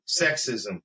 sexism